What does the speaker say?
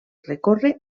recórrer